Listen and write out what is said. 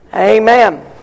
Amen